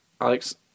Alex